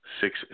six